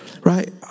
Right